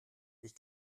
ich